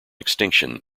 extinction